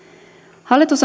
hallitus